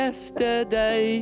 Yesterday